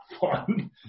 fun